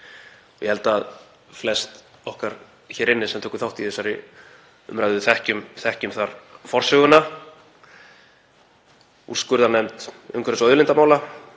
Ég held að flest okkar hér inni sem tókum þátt í þessari umræðu þekkjum þar forsöguna. Úrskurðarnefnd umhverfis og auðlindamála